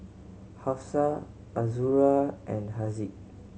Hafsa Azura and Haziq